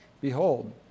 Behold